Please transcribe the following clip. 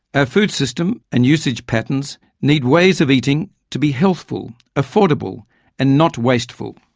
our food system and usage patterns need ways of eating to be healthful, affordable and not wasteful.